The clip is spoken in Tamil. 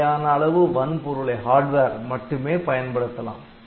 தேவையான அளவு வன்பொருளை மட்டுமே பயன்படுத்தலாம்